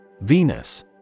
Venus